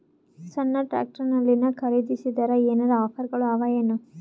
ಸಣ್ಣ ಟ್ರ್ಯಾಕ್ಟರ್ನಲ್ಲಿನ ಖರದಿಸಿದರ ಏನರ ಆಫರ್ ಗಳು ಅವಾಯೇನು?